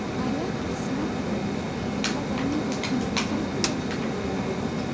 i left snuggford because i needed some excitement in my life.